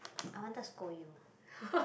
I wanted scold you